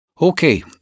Okay